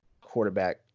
quarterback